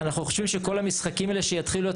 אנחנו חושבים שכל המשחקים האלה שיתחילו להיות